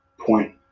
point